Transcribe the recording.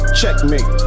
checkmate